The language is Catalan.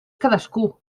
cadascú